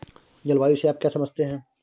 जलवायु से आप क्या समझते हैं?